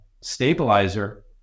stabilizer